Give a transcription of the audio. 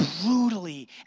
brutally